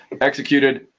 executed